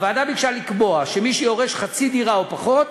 הוועדה ביקשה לקבוע שמי שיורש חצי דירה או פחות,